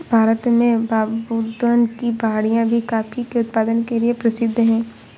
भारत में बाबाबुदन की पहाड़ियां भी कॉफी के उत्पादन के लिए प्रसिद्ध है